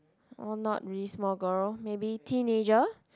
or not really small girl maybe teenager